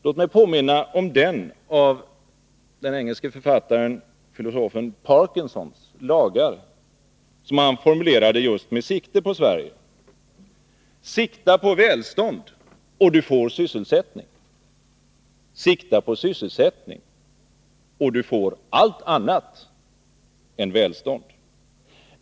Låt mig påminna om den av den engelske författaren och filosofen Parkinsons lagar som formulerades med tanke just på Sverige: Sikta på välstånd, och du får sysselsättning. Sikta på sysselsättning, och du får allt annat än välstånd.